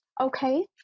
Okay